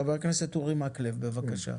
חבר הכנסת אורי מכלב בבקשה.